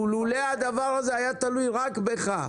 אילו הדבר הזה היה תלוי רק בך,